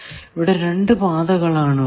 ഇവിടെ രണ്ടു പാതകൾ ആണ് ഉള്ളത്